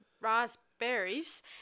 raspberries